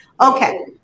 Okay